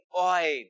oil